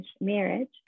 marriage